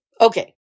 Okay